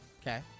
Okay